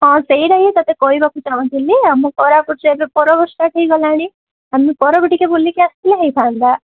ହଁ ସେଇଟା ହିଁ ତତେ କହିବାକୁ ଚାହୁଁଥିଲି ଆଉ ମୁଁ ଏବେ ପର୍ବ ଷ୍ଟାର୍ଟ ହୋଇଗଲାଣି ଆମେ ପର୍ବ ଟିକେ ବୁଲିକି ଆସିଥିଲେ ହୋଇଥାନ୍ତା